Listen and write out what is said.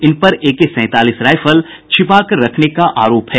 इन पर एके सौंतालीस राइफल छिपाकर रखने का आरोप है